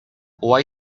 why